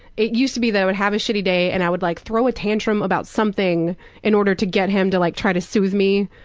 it used to be that i would have a shitty day and i would like throw a tantrum about something in order to get him to like try to soothe me,